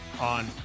on